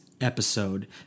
episode